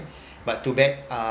but too bad uh